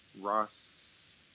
Ross